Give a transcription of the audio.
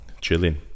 Chilling